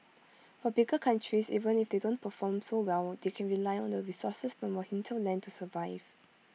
for bigger countries even if they don't perform so well they can rely on the resources from your hinterland to survive